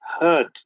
hurt